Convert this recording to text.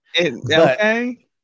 Okay